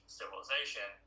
civilization